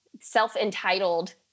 self-entitled